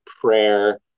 prayer